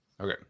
Okay